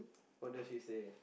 what does she say